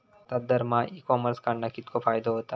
भारतात दरमहा e commerce कडणा कितको फायदो होता?